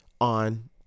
On